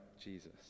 Jesus